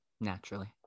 naturally